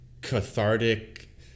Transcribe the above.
cathartic